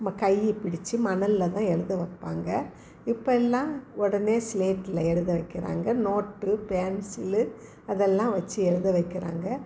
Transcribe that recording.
நம் கையை பிடிச்சு மணலில் தான் எழுத வைப்பாங்க இப்போல்லாம் உடனே சிலேட்டில் எழுத வைக்கிறாங்க நோட்டு பென்சில்லு அதெல்லாம் வச்சு எழுத வைக்கிறாங்க